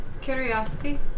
curiosity